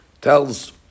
tells